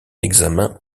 examen